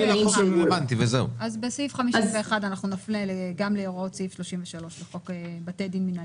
אז בסעיף 51 נפנה גם להוראות סעיף 33 לחוק בתי דין מינהליים.